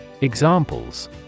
Examples